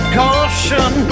caution